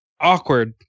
Awkward